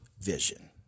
vision